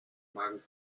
magen